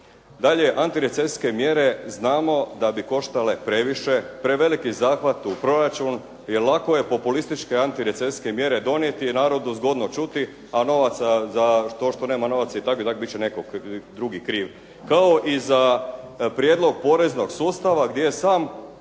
Dalje, antirecesijske mjere znamo da bi koštale previše, preveliki zahvat u proračun, jer lako je populističke antirecesijske mjere donijeti i narodu zgodno čuti a novaca, za to što nema novaca i tako i tako biti će netko drugi kriv. Kao i za prijedlog poreznog sustava gdje je sam